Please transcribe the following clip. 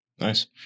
Nice